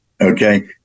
okay